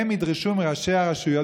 הם ידרשו מראשי הרשויות.